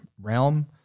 realm